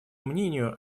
мнению